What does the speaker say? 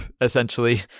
essentially